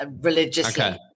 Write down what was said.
religiously